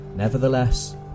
Nevertheless